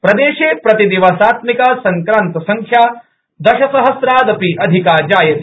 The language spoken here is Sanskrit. प्रदेशे प्रतिदिवसात्मिका सड़क्रान्तसड़ख्या दशसहस्रादपि अधिका जायते